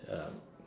ya